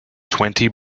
twenty